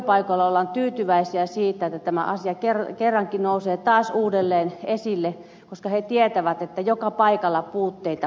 työpaikoilla ollaan tyytyväisiä siitä että tämä asia kerrankin nousee taas uudelleen esille koska siellä tiedetään että joka paikalla puutteita on